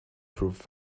proof